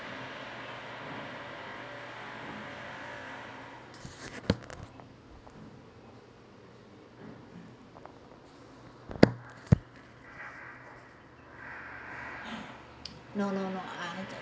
no no no I